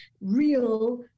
real